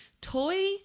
Toy